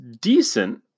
decent